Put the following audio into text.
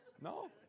No